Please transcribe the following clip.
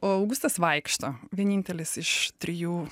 o augustas vaikšto vienintelis iš trijų